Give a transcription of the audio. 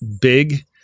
big